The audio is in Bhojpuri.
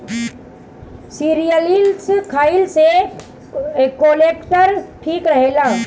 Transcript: सीरियल्स खइला से कोलेस्ट्राल ठीक रहेला